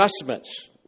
adjustments